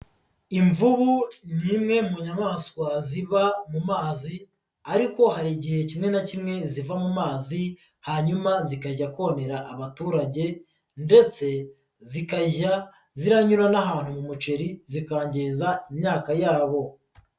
Imvubu ni imwe mu nyamaswa ziba mu mazi ariko hari igihe kimwe na kimwe ziva mu mazi hanyuma zikajya komera abaturage ndetse zikajya ziranyura n'ahantu mu muceri zikangiza imyaka yabo.